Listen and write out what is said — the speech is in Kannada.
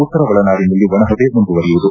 ಉತ್ತರ ಒಳನಾಡಿನಲ್ಲಿ ಒಣಹವೆ ಮುಂದುವರಿಯುವುದು